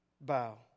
Bow